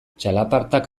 txalapartak